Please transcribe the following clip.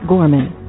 Gorman